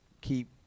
keep